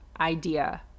idea